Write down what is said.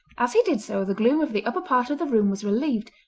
as he did so the gloom of the upper part of the room was relieved,